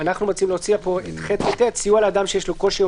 אנחנו מציעים להוסיף: (ח) סיוע לאדם שיש לו קושי או